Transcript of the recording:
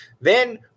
Then-